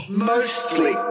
mostly